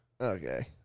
okay